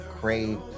crave